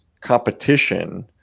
competition